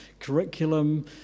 curriculum